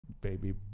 Baby